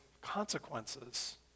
consequences